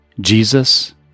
Jesus